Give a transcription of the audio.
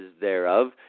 thereof